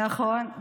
נכון.